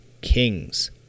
kings